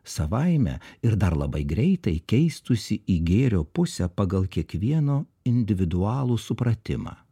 savaime ir dar labai greitai keistųsi į gėrio pusę pagal kiekvieno individualų supratimą